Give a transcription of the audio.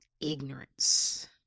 ignorance